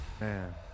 man